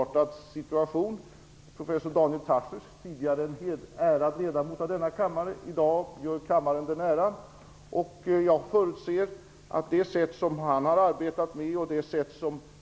Jag talar om professor Daniel Tarschys, tidigare ärad ledamot av denna kammare, som i dag gör kammaren den äran.